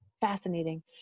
Fascinating